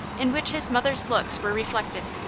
in which his mother's looks were reflected.